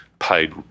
paid